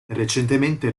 recentemente